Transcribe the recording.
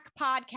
podcast